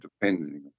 depending